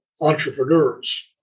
entrepreneurs